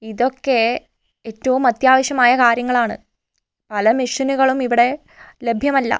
ഇതൊക്കെ ഏറ്റവും അത്യാവശ്യമായ കാര്യങ്ങളാണ് പല മിഷ്യനുകളും ഇവിടെ ലഭ്യമല്ല